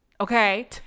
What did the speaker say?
Okay